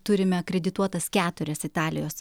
turime akredituotas keturias italijos